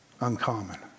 uncommon